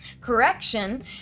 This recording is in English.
Correction